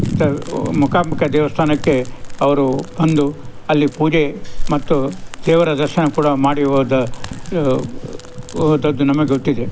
ತರ್ ಮೂಕಾಂಬಿಕಾ ದೇವಸ್ಥಾನಕ್ಕೆ ಅವರು ಬಂದು ಅಲ್ಲಿ ಪೂಜೆ ಮತ್ತು ದೇವರ ದರ್ಶನ ಕೂಡ ಮಾಡಿ ಹೋದ ಹೋದದ್ದು ನಮಗೆ ಗೊತ್ತಿದೆ